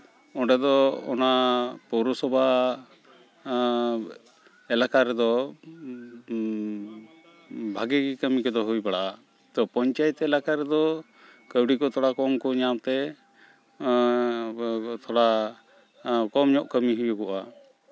ᱚᱸᱰᱮ ᱫᱚ ᱚᱱᱟ ᱯᱳᱣᱨᱚᱥᱚᱵᱷᱟ ᱮᱞᱟᱠᱟ ᱨᱮᱫᱚ ᱵᱷᱟᱹᱜᱤ ᱜᱮ ᱠᱟᱹᱢᱤ ᱠᱚᱫᱚ ᱦᱩᱭ ᱵᱟᱲᱟᱜᱼᱟ ᱛᱚ ᱯᱚᱧᱪᱟᱭᱮᱛ ᱮᱞᱟᱠᱟ ᱨᱮᱫᱚ ᱠᱟᱹᱣᱰᱤ ᱠᱚ ᱛᱷᱚᱲᱟ ᱠᱚᱢ ᱠᱚ ᱧᱟᱢ ᱛᱮ ᱛᱷᱚᱲᱟ ᱠᱚᱢ ᱧᱚᱜ ᱠᱟᱹᱢᱤ ᱦᱩᱭᱩᱜᱼᱟ